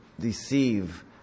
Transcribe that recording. deceive